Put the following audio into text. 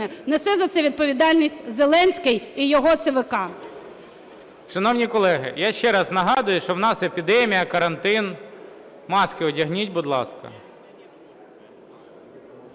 Несе за це відповідальність Зеленський і його ЦВК. ГОЛОВУЮЧИЙ. Шановні колеги, я ще раз нагадую, що у нас епідемія, карантин, маски одягніть, будь ласка.